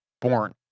born